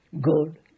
good